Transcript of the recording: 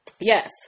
Yes